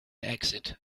exit